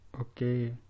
Okay